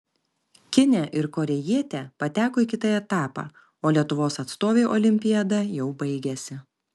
kinė ir korėjietė pateko į kitą etapą o lietuvos atstovei olimpiada jau baigėsi